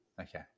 Okay